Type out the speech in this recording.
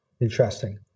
Interesting